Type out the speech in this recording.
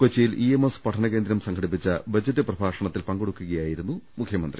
കൊച്ചിയിൽ E M S പഠനകേന്ദ്രം സംഘടിപ്പിച്ച ബജറ്റ് പ്രഭാഷണത്തിൽ പങ്കെടുക്കുകയായിരുന്നു മുഖ്യമന്ത്രി